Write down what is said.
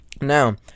now